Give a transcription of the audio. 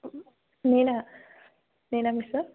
Meena Meena Mishra